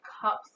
cups